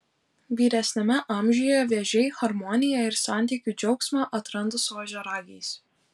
vyresniame amžiuje vėžiai harmoniją ir santykių džiaugsmą atranda su ožiaragiais